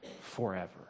forever